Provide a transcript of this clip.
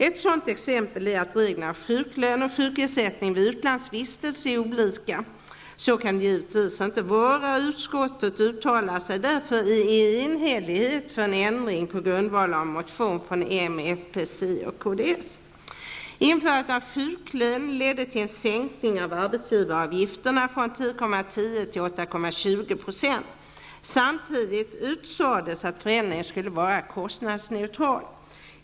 Ett sådant exempel är att reglerna för sjuklön och sjukersättning vid utlandsvistelse är olika. Så kan det givetvis inte vara. Utskottet uttalar sig därför i enhällighet för en ändring på grundval av en motion från moderaterna, folkpartiet, centern och kds. Samtidigt utsades att förändringen skulle vara kostnadsneutral.